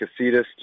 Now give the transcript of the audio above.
Casitas